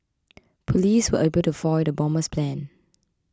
police were able to foil the bomber's plans